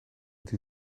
die